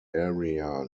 area